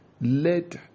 Let